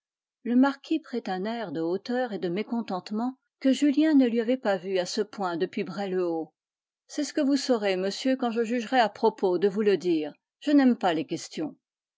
le marquis prit un air de hauteur et de mécontentement que julien ne lui avait pas vu à ce point depuis bray le haut c'est ce que vous saurez monsieur quand je jugerai à propos de vous le dire je n'aime pas les questions